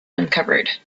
uncovered